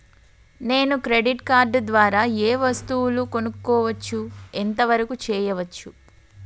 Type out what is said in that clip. నేను credit card ద్వారా ఏం వస్తువులు కొనుక్కోవచ్చు ఎంత వరకు చేయవచ్చు?